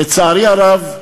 לצערי הרב,